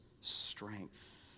strength